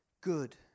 good